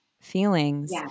feelings